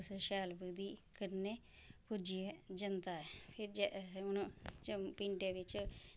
तुसें शैल विधि कन्नै पूजेआ जंदा ऐ फिर हून पिण्डै बिच्च